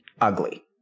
ugly